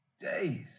days